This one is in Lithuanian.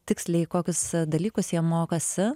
tiksliai kokius dalykus jie mokosi